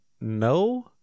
no